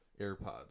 AirPods